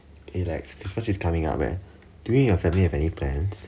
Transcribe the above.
eh christmas is coming up leh do you and your family have any plans